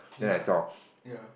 ya ya